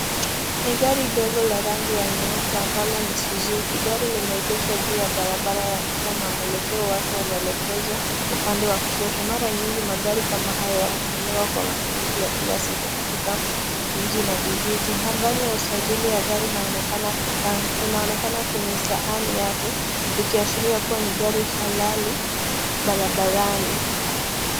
Ni gari ndogo ya rangi ya nyeupe ambalo ni Suzuki. Gari limeegeshwa juu ya barabara ya mtaa na mwelekeo wake umeelekezwa upande wa kushoto. Mara nyingi magari kama haya hutumiwa kwa matumizi ya kila siku katika mji na vijiji. Nambari ya usajili ya gari inaonekana kwenye sahani yake ikiashiria kuwa ni gari halali barabarani.